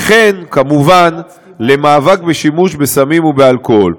וכן, כמובן, למאבק בשימוש בסמים ובאלכוהול.